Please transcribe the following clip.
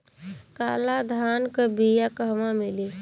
काला धान क बिया कहवा मिली?